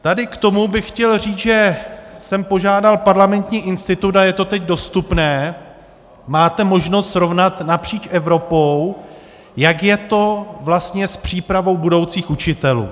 Tady k tomu bych chtěl říct, že jsem požádal Parlamentní institut, a je to teď dostupné, máte možnost srovnat napříč Evropou, jak je to vlastně s přípravou budoucích učitelů.